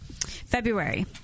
February